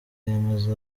yamaze